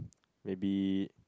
maybe